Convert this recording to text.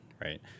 right